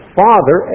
father